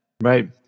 Right